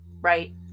right